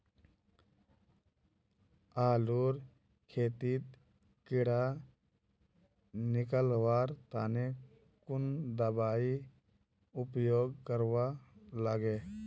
आलूर खेतीत कीड़ा निकलवार तने कुन दबाई उपयोग करवा लगे?